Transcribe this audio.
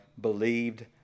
believed